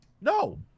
No